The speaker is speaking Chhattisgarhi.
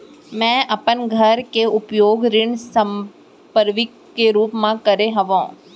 मै अपन घर के उपयोग ऋण संपार्श्विक के रूप मा करे हव